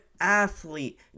athlete